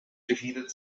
defeated